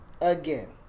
again